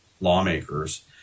lawmakers